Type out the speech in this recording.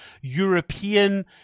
European